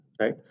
right